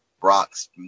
Brock's